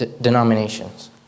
denominations